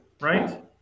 Right